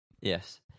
Yes